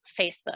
Facebook